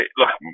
look